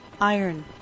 Iron